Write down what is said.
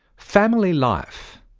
family life.